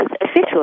officially